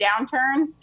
downturn